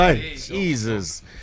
Jesus